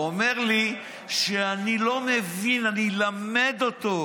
הוא אומר לי שאני לא מבין, אני אלמד אותו.